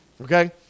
Okay